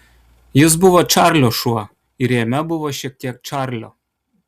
jis buvo čarlio šuo ir jame buvo šiek tiek čarlio